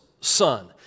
son